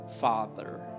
father